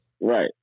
Right